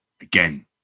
again